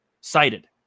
cited